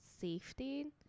safety